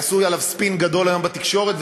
עשו עליו ספין גדול היום בתקשורת,